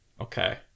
Okay